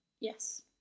Yes